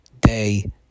day